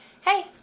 hey